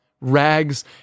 Rags